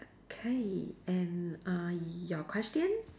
okay and uh your question